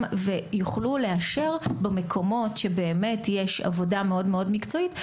ויוכלו לאשר במקומות שבאמת יש עבודה מאוד מאוד מקצועית,